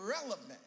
irrelevant